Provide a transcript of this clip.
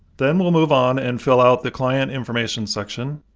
then we'll move on and fill out the client information section.